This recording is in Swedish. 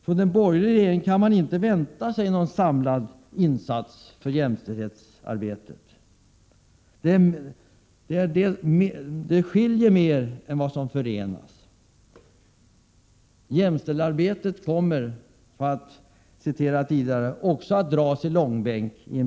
Från en borgerlig regering kan man inte vänta sig någon samlad insats i jämställdhetsarbetet. Där är det mer som skiljer än som förenar. Jämställdhetsarbetet i en borgerlig regering kommer också att dras i långbänk.